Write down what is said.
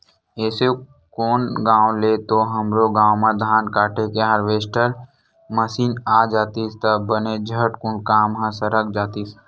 एसो कोन गाँव ले तो हमरो गाँव म धान काटे के हारवेस्टर मसीन आ जातिस त बने झटकुन काम ह सरक जातिस